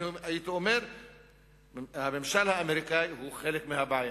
הייתי אומר שהממשל האמריקני הוא חלק מהבעיה.